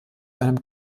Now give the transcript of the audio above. einem